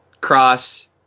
Cross